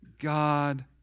God